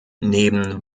neben